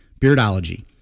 Beardology